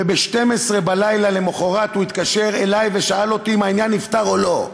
וב-12 בלילה למחרת הוא התקשר אלי ושאל אותי אם העניין נפתר או לא.